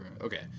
Okay